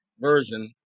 version